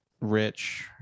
rich